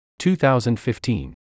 2015